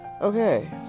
Okay